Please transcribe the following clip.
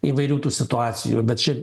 įvairių tų situacijų bet čia